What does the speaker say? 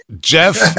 Jeff